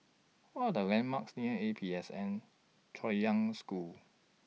What Are The landmarks near A P S N Chaoyang School